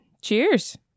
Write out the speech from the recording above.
cheers